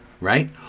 right